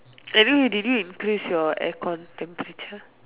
anyway did you increase your aircon temperature